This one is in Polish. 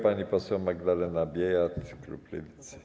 Pani poseł Magdalena Biejat, klub Lewicy.